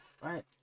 right